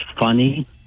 funny